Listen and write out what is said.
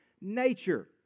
nature